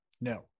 No